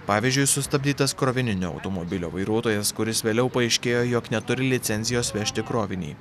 pavyzdžiui sustabdytas krovininio automobilio vairuotojas kuris vėliau paaiškėjo jog neturi licencijos vežti krovinį